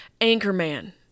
Anchorman